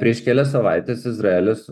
prieš kelias savaites izraelis